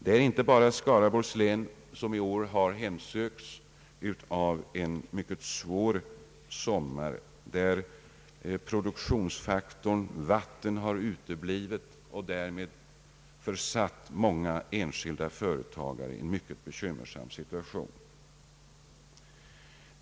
Det är inte bara Skaraborgs län som i år har drabbats av en mycket svår sommar då produktionsfaktorn vatten har uteblivit och därmed försatt många enskilda företagare i en mycket bekymmersam situation.